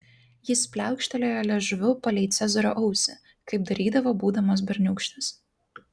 jis pliaukštelėjo liežuviu palei cezario ausį kaip darydavo būdamas berniūkštis